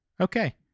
okay